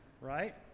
right